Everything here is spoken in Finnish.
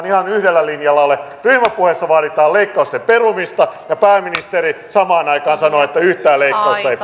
ihan yhdellä linjalla ole ryhmäpuheessa vaaditaan leikkausten perumista ja pääministeri samaan aikaan sanoo että yhtään leikkausta ei